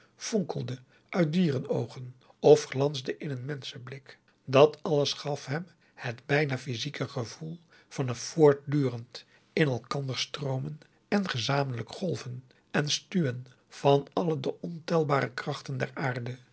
vonkelde uit dierenoogen of glansde in een menschen blik dat alles gaf hem het bijna physieke gevoel van een voortdurend in elkander stroomen en gezamenlijk golven en stuwen van alle de ontelbare krachten der aarde